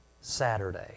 Saturday